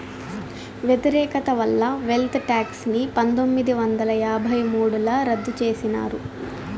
వ్యతిరేకత వల్ల wealth tax ని పందొమ్మిది వందల యాభై మూడుల రద్దు చేసినారు